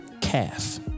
calf